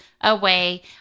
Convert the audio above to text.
away